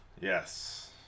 Yes